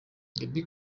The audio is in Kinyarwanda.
gaby